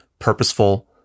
purposeful